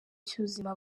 cy’ubuzima